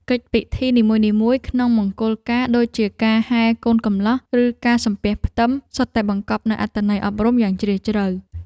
កិច្ចពិធីនីមួយៗក្នុងមង្គលការដូចជាការហែកូនកំលោះ ឬការសំពះផ្ទឹម សុទ្ធតែបង្កប់នូវអត្ថន័យអប់រំយ៉ាងជ្រាលជ្រៅ។